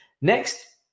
Next